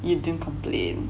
you didn't complain